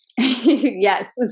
Yes